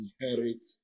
inherit